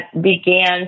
began